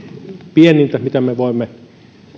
pienintä mitä me voimme